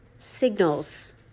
signals